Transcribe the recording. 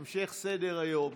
המשך סדר-היום,